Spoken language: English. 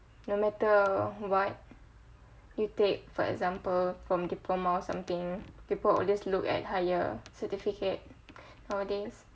no matter what you take for example for diploma or something people will just look at higher certificate nowadays